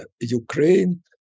Ukraine